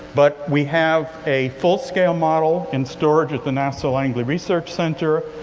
but we have a full-scale model in storage at the nasa langley research center.